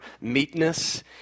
meekness